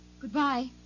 Goodbye